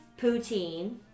Poutine